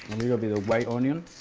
little bit of white onion,